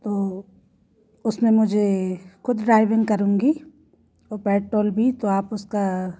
तो उसमें मुझे खुद ड्राइविंग करूँगी और पेट्रोल भी तो आप उसका